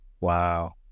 wow